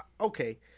okay